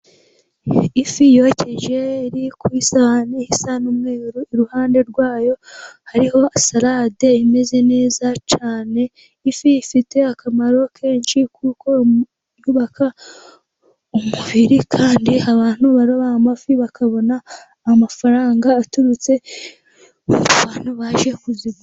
Ifi yokeje iri ku isahani isa n'umweru. Iruhande rwayo hariho salade imeze neza cyane. Ifi ifite akamaro kenshi kuko yubaka umubiri, kandi abantu baroba amafi bakabona amafaranga aturutse ku bantu baje kuzigura.